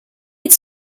its